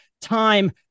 time